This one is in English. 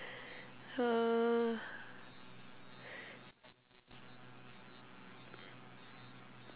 uh